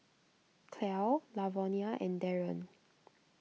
Clell Lavonia and Darren